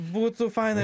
būtų faina